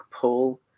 pull